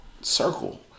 Circle